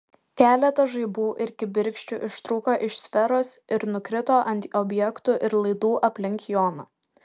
keletas žaibų ir kibirkščių ištrūko iš sferos ir nukrito ant objektų ir laidų aplink joną